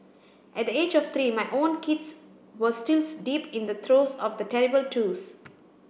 at the age of three my own kids were still deep in the throes of the terrible twos